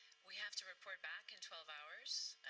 we have to report back in twelve hours.